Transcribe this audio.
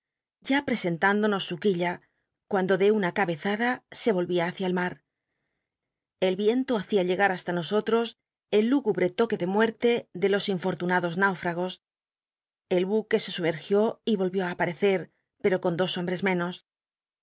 ya prescnltíndonos su quilla cuando ele una cabezada se rolrin luicia el roar el r icnto hacia llegar basta nosotros el lúgubrc toque de mueate ele los infoatunados míufragos el buque se sumeq ió y volvió á aparecer pero con dos hombres menos